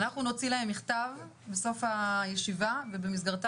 אנחנו נוציא להם מכתב בסוף הישיבה ובמסגרתו